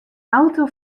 auto